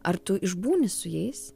ar tu išbūni su jais